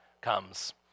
comes